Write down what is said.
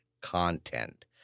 content